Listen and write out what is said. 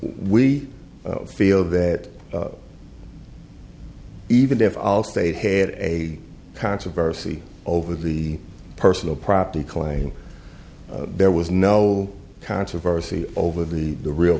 we feel that even if allstate had a controversy over the personal property claim there was no controversy over the the real